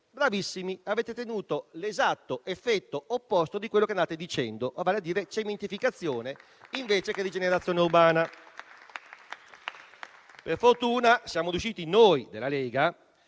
Bravissimi: avete ottenuto l'esatto effetto opposto di quello che andate dicendo, vale a dire cementificazione, invece che rigenerazione urbana. Per fortuna noi della Lega